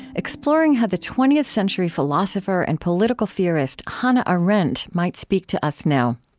exploring how the twentieth century philosopher and political theorist hannah arendt might speak to us now.